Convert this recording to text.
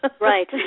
Right